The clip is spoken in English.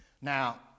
Now